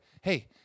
Hey